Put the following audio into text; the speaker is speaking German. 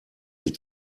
sie